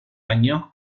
años